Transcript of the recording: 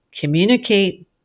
communicate